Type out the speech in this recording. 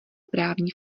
právní